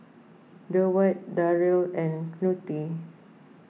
Durward Darryl and Knute